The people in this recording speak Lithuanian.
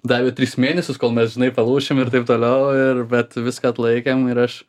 davė tris mėnesius kol mes žinai palūšim ir taip toliau ir bet viską atlaikėm ir aš